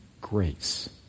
grace